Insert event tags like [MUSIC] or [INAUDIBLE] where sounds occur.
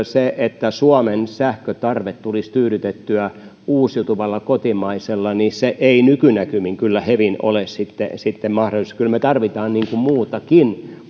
[UNINTELLIGIBLE] se että suomen sähköntarve tulisi tyydytettyä uusiutuvalla kotimaisella ei nykynäkymin kyllä hevin ole sitten sitten mahdollista kyllä me tarvitsemme muutakin [UNINTELLIGIBLE]